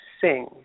sing